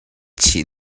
chih